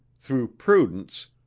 through prudence,